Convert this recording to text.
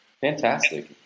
Fantastic